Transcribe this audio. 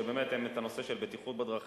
שבאמת הם את הנושא של בטיחות בדרכים,